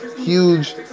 huge